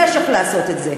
יש איך לעשות את זה.